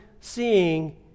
seeing